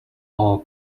all